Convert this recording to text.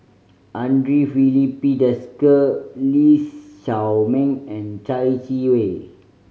Andre Filipe Desker Lee Shao Meng and Chai Yee Wei